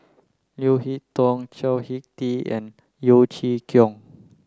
Leo Hee Tong Chao Hick Tin and Yeo Chee Kiong